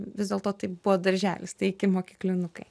vis dėlto tai buvo darželis tai ikimokyklinukai